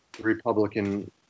Republican